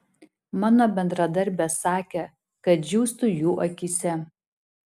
mano bendradarbės sakė kad džiūstu jų akyse